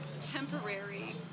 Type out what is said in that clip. temporary